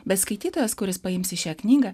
bet skaitytojas kuris paims į šią knygą